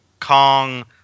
Kong